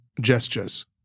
gestures